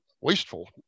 wasteful